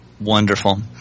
Wonderful